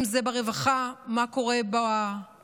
אם זה ברווחה, מה קורה בביטחון?